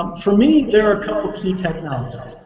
um for me, there are a couple of key technologies.